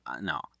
no